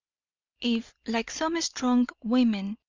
if, like some strong women,